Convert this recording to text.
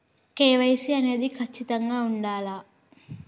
KYC అనేది ఖచ్చితంగా ఉండాలా?